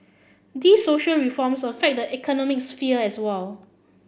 these social reforms affect the economic sphere as well